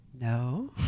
No